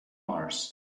mars